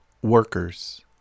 Workers